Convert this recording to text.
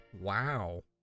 Wow